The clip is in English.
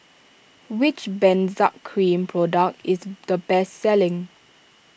which Benzac Cream product is the best selling